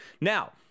Now